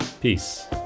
Peace